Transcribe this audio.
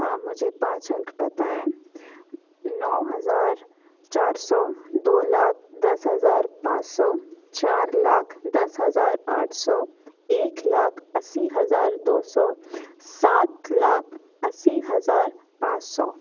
हाँ मुझे पाँच अंक पता है नौ हज़ार चार सौ दो लाख दस हज़ार पाँच सौ चार लाख दस हज़ार आठ सौ एक लाख अस्सी हज़ार दो सौ सात लाख अस्सी हज़ार पाँच सौ